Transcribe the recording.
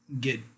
get